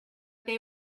they